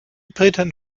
briten